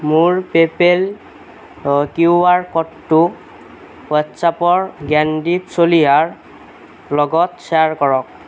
মোৰ PayPal Q R ক'ডটো হোৱাট্ছআপৰ জ্ঞানদীপ চলিহাৰ লগত শ্বেয়াৰ কৰক